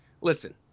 Listen